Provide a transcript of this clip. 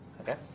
Okay